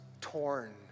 torn